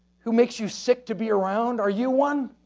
who makes you sick to be around. are you one?